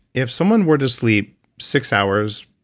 if someone were to sleep six hours,